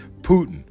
Putin